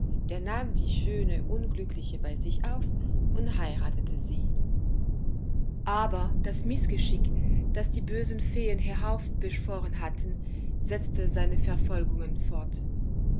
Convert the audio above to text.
der nahm die schöne unglückliche bei sich auf und heiratete sie aber das mißgeschick das die bösen feen heraufbeschworen hatten setzte seine verfolgungen fort